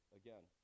again